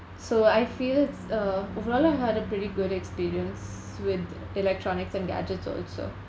so I feel it's uh overall I've had a pretty good experience with electronics and gadgets also